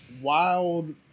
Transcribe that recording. wild